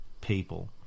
people